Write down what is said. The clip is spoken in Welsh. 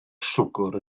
siwgr